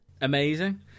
amazing